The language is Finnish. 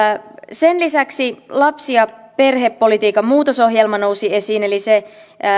sen lisäksi lapsi ja perhepolitiikan muutosohjelma nousi esiin eli se